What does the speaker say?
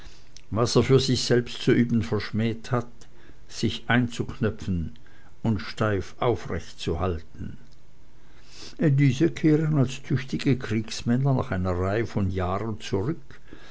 was er für sich selbst zu üben verschmäht hat sich einzuknöpfen und steif aufrecht zu halten diese kehren als tüchtige kriegsmänner nach einer reihe von jahren zurück